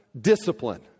discipline